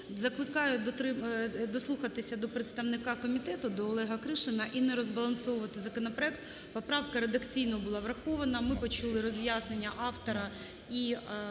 Закликаю дослухатися до представника комітету, до Олега Кришина, і не розбалансовувати законопроект. Поправка редакційно була врахована, ми почули роз'яснення автора і